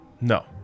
No